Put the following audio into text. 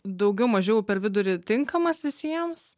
daugiau mažiau per vidurį tinkamas visiems